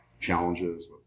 challenges